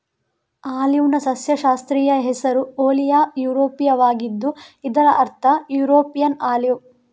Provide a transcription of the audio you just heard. ಆಲಿವ್ನ ಸಸ್ಯಶಾಸ್ತ್ರೀಯ ಹೆಸರು ಓಲಿಯಾ ಯುರೋಪಿಯಾವಾಗಿದ್ದು ಇದರ ಅರ್ಥ ಯುರೋಪಿಯನ್ ಆಲಿವ್